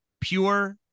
pure